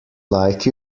like